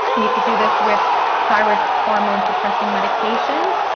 and you could do this with thyroid hormone suppressing medications,